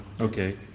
Okay